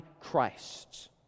Christ